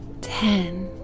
Ten